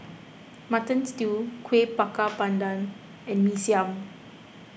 Mutton Stew Kueh Bakar Pandan and Mee Siam